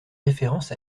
référence